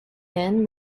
inn